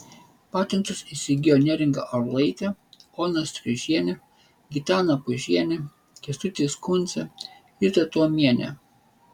patentus įsigijo neringa orlaitė ona striužienė gitana pužienė kęstutis kuncė rita tuomienė